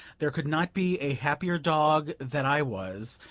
there could not be a happier dog that i was,